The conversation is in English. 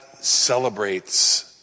celebrates